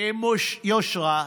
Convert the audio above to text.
עם יושרה,